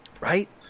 right